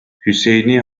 hüseyni